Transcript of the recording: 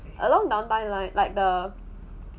along downtown line like the